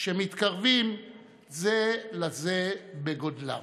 ומתקרבים זה לזה בגודלם: